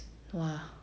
!wah!